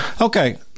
Okay